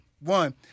one